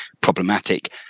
problematic